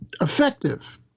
effective